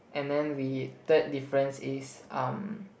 and then we third difference is um